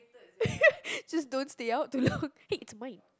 just don't stay out too long !hey! it's mine